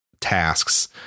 tasks